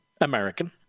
American